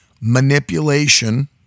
manipulation